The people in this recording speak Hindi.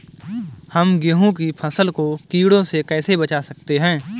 हम गेहूँ की फसल को कीड़ों से कैसे बचा सकते हैं?